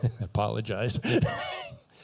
Apologize